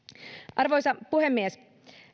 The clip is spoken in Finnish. arvoisa puhemies